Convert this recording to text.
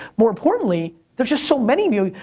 more importantly, there's just so many of you,